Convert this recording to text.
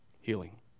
healing